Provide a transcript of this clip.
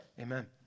amen